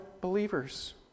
believers